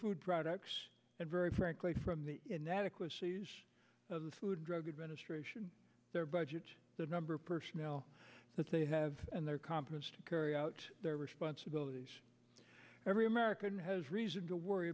food products and very frankly from the inadequacies of the food drug administration their budget the number of personnel that they have and their competence to carry out their responsibilities every american has reason to worry